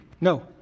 No